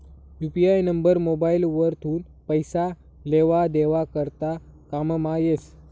UPI number mobile वरथून पैसा लेवा देवा करता कामंमा येस